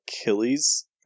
achilles